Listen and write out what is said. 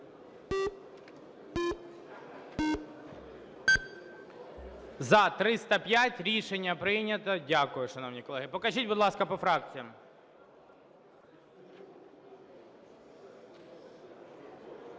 За-305 Рішення прийнято. Дякую, шановні колеги. Покажіть, будь ласка, по фракціях.